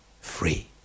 free